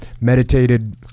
meditated